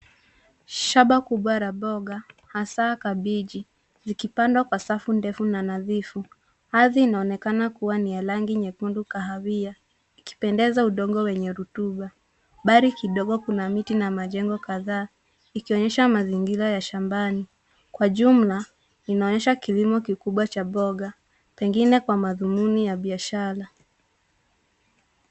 Shamba kubwa la mboga hasa kabeji ikipandwa kwa safu ndefu na nadhifu. Ardhi inaonekana kuwa ni ya rangi nyekundu kahawia ikipendeza udongo wenye rutuba. Mbali kidogo kuna miti na majengo kadhaa ikionyesha mazingira ya shambani. Kwa jumla inaonyesha kilimo kikubwa cha mboga. Pengine kwa madhumuni ya biashara.